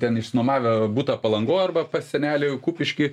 ten išsinuomavę butą palangoj arba pas senelį kupišky